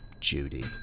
Judy